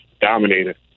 dominated